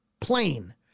Plain